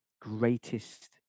greatest